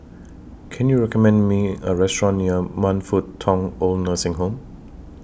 Can YOU recommend Me A Restaurant near Man Fut Tong Old Nursing Home